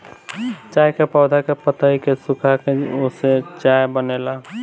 चाय के पौधा के पतइ के सुखाके ओसे चाय बनेला